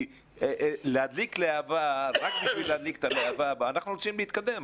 כי להדליק להבה רק כדי להדליק את הלהבה אנחנו רוצים להתקדם,